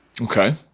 Okay